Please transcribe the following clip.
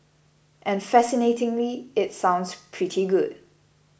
and fascinatingly it sounds pretty good